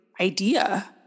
idea